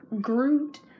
Groot